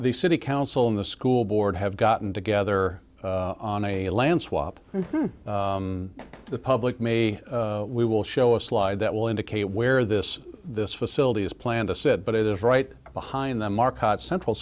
the city council and the school board have gotten together on a land swap the public may we will show a slide that will indicate where this this facility is planned to said but it is right behind the market central